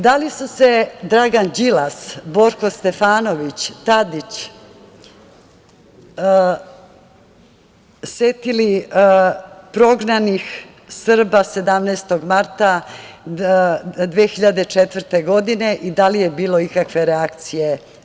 Da li su se Dragan Đilas, Borko Stefanović, Tadić setili prognanih Srba 17. marta 2004. godine i da li je bilo ikakve reakcije?